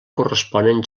corresponen